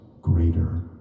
greater